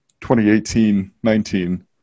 2018-19